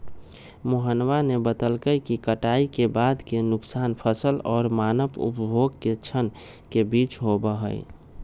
मोहनवा ने बतल कई कि कटाई के बाद के नुकसान फसल और मानव उपभोग के क्षण के बीच होबा हई